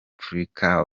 afurika